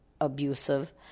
abusive